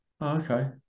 Okay